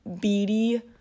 beady